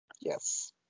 Yes